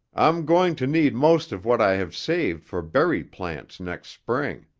i'm going to need most of what i have saved for berry plants next spring.